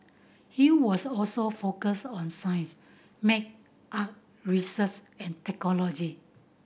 it was also focus on science maths art research and technology